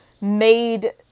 made